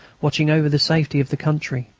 watching over the safety of the country,